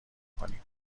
میکنیم